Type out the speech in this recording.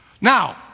Now